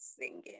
singing